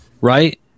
right